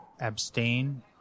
abstain